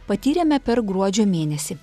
patyrėme per gruodžio mėnesį